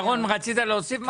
ירון, רצית להוסיף משהו?